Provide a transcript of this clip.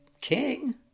king